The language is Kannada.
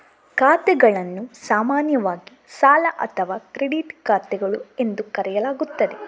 ಖಾತೆಗಳನ್ನು ಸಾಮಾನ್ಯವಾಗಿ ಸಾಲ ಅಥವಾ ಕ್ರೆಡಿಟ್ ಖಾತೆಗಳು ಎಂದು ಕರೆಯಲಾಗುತ್ತದೆ